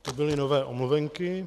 To byly nové omluvenky.